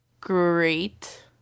great